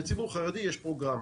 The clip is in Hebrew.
לציבור חרדי יש פרוגרמה.